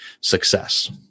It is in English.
success